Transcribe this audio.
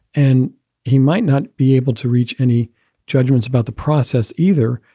and he might not be able to reach any judgments about the process either,